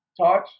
touch